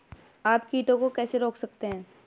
आप कीटों को कैसे रोक सकते हैं?